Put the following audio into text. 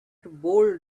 bold